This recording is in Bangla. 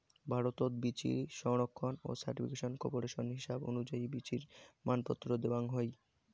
ভারতত বীচি সংরক্ষণ ও সার্টিফিকেশন কর্পোরেশনের হিসাব অনুযায়ী বীচির মানপত্র দ্যাওয়াং হই